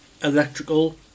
electrical